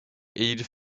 ils